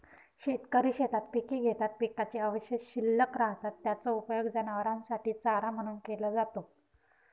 शेतकरी शेतात पिके घेतात, पिकाचे अवशेष शिल्लक राहतात, त्याचा उपयोग जनावरांसाठी चारा म्हणून केला जातो